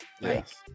Yes